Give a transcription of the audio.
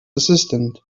assistant